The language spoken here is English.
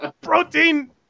protein